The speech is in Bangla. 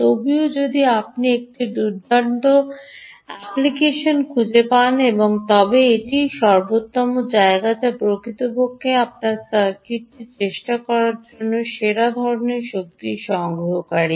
তবুও যদি আপনি একটি দুর্দান্ত অ্যাপ্লিকেশন খুঁজে পান তবে এটিই সর্বোত্তম জায়গা যা প্রকৃতপক্ষে আপনার সার্কিটটি চেষ্টা করার জন্য সেরা ধরণের শক্তি সংগ্রহকারী